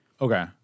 Okay